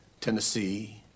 Tennessee